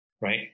right